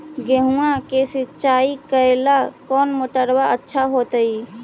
गेहुआ के सिंचाई करेला कौन मोटरबा अच्छा होतई?